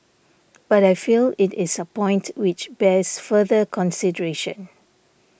but I feel it is a point which bears further consideration